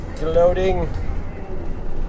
loading